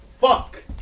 fuck